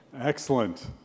Excellent